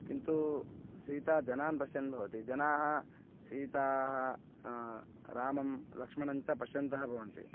किन्तु सीता जनान् पश्यन्ती भवति जनाः सीतां रामं लक्ष्मणञ्च पश्यन्तः भवन्ति